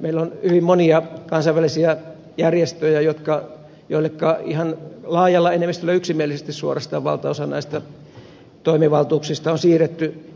meillä on hyvin monia kansainvälisiä järjestöjä joilleka ihan laajalla enemmistöllä suorastaan yksimielisesti on siirretty valtaosa näistä toimivaltuuksista